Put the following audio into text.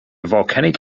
volcanic